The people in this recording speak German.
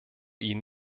ihn